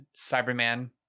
Cyberman